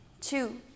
two